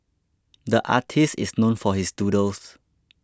the artist is known for his doodles